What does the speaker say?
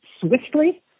swiftly